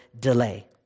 delay